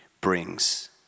brings